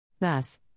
Thus